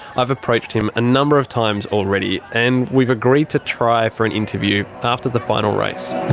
i've approached him a number of times already, and we've agreed to try for an interview after the final race.